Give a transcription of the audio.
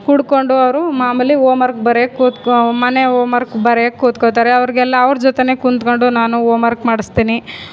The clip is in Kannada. ಕುಡ್ಕೊಂಡು ಅವರು ಮಾಮೂಲಿ ಓಮ್ ವರ್ಕ್ ಬರೆಯೋಕ್ ಕೂತ್ಕೋ ಮನೆ ಓಮ್ ವರ್ಕ್ ಬರೆಯೋಕ್ ಕೂತ್ಕೊತಾರೆ ಅವರಿಗೆಲ್ಲ ಅವರ ಜೊತೆಯೇ ಕುತ್ಕೊಂಡು ನಾನು ಓಮ್ ವರ್ಕ್ ಮಾಡಿಸ್ತೀನಿ